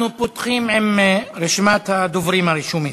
אנחנו פותחים עם רשימת הדוברים הרשומים.